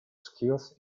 skills